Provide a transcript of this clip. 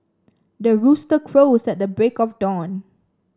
the rooster crows at the break of dawn